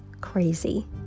crazy